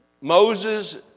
Moses